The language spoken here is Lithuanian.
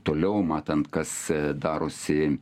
toliau matant kas darosi